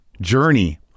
journey